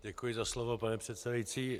Děkuji za slovo, pane předsedající.